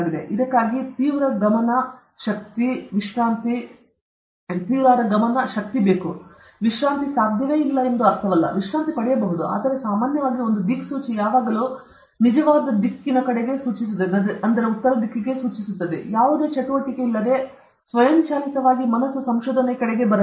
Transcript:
ಇದಕ್ಕೆ ತೀವ್ರವಾದ ಗಮನ ಶಕ್ತಿ ವಿಶ್ರಾಂತಿ ಸಾಧ್ಯವಿಲ್ಲ ಎಂದು ಅರ್ಥವಲ್ಲ ನೀವು ವಿಶ್ರಾಂತಿ ಮಾಡಬಹುದು ಆದರೆ ಸಾಮಾನ್ಯವಾಗಿ ಒಂದು ದಿಕ್ಸೂಚಿ ಯಾವಾಗಲೂ ನಿಜವಾದ ಉತ್ತರ ಕಡೆಗೆ ಸೂಚಿಸುತ್ತದೆ ಯಾವುದೇ ಚಟುವಟಿಕೆಯಿಲ್ಲದೆ ಸ್ವಯಂಚಾಲಿತವಾಗಿ ಮನಸ್ಸು ಸಂಶೋಧನೆ ಕಡೆಗೆ ಬರಬೇಕು